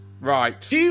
Right